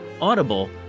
Audible